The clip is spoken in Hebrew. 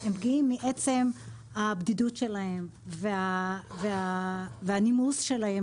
הם פגיעים מעצם הבדידות שלהם והנימוס שלהם,